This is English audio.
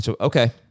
Okay